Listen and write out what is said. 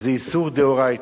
זה איסור דאורייתא.